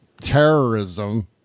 terrorism